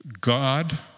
God